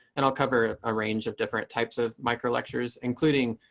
and i'll cover a range of different types of micro lectures, including,